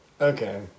Okay